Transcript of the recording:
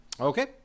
Okay